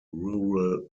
rural